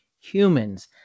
humans